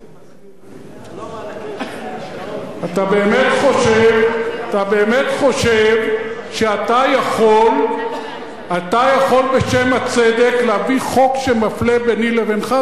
אתה באמת חושב שאתה יכול בשם הצדק להביא חוק שמפלה ביני לבינך?